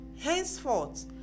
Henceforth